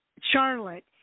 Charlotte